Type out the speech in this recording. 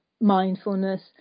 mindfulness